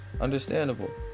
Understandable